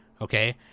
okay